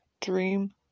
dream